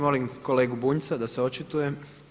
Molim kolegu Bunjca da se očituje.